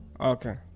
okay